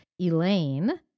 Elaine